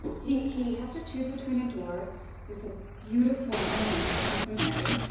he, he has to choose between a door with a beautiful woman for him to marry,